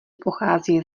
pochází